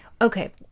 Okay